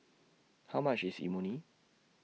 How much IS Imoni